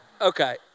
Okay